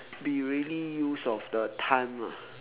be really used of the time ah